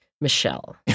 Michelle